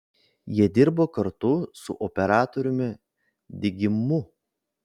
jie dirbo kartu su operatoriumi digimu